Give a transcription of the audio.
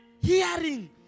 hearing